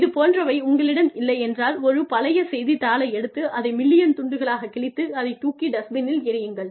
இது போன்றவை உங்களிடம் இல்லையென்றால் ஒரு பழைய செய்தித்தாளை எடுத்து அதை மில்லியன் துண்டுகளாக கிழித்து அதைத் தூக்கி டஸ்ட்பினில் எறியுங்கள்